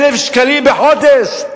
1,000 שקלים בחודש.